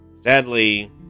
Sadly